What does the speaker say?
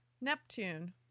Neptune